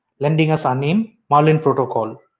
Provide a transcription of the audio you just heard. lending us our name, marlin protocol.